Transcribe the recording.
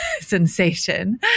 Sensation